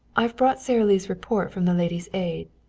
i've brought sara lee's report from the ladies' aid.